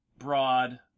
Broad